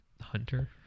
hunter